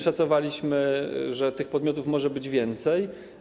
Szacowaliśmy, że tych podmiotów może być więcej.